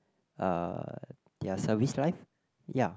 uh their service life ya